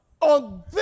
on